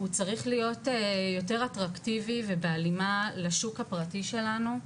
הוא צריך להיות יותר אטרקטיבי ובהלימה לשוק הפרטי שלנו,